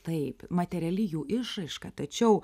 taip materiali jų išraiška tačiau